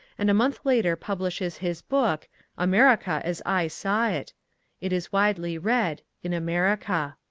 and a month later publishes his book america as i saw it. it is widely read in america.